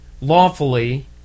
lawfully